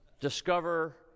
Discover